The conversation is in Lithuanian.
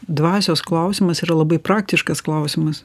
dvasios klausimas yra labai praktiškas klausimas